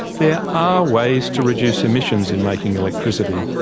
there are ways to reduce emissions in making electricity.